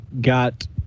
got